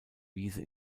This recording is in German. wiese